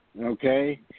Okay